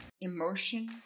emotion